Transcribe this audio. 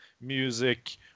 music